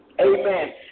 Amen